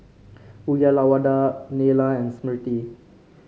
Uyyalawada Neila and Smriti